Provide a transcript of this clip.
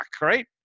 right